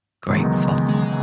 grateful